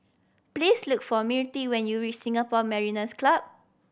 please look for Mirtie when you reach Singapore Mariners' Club